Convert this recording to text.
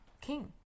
king